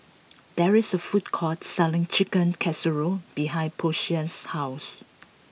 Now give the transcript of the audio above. there is a food court selling Chicken Casserole behind Posey's House